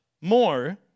more